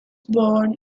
born